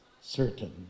certain